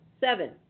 seven